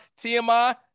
TMI